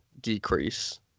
decrease